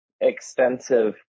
extensive